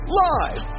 live